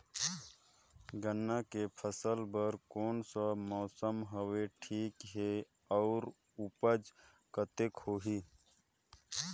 गन्ना के फसल बर कोन सा मौसम हवे ठीक हे अउर ऊपज कतेक होही?